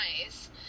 nice